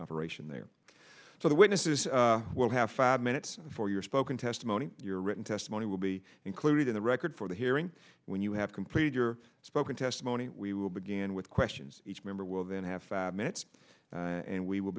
operation there so the witnesses will have five minutes for your spoken testimony your written testimony will be included in the record for the hearing when you have completed your spoken testimony we will begin with questions each member will then have minutes and we will